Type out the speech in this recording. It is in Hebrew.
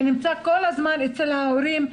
שנמצא כל הזמן אצל ההורים?